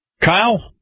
Kyle